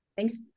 Thanks